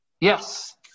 yes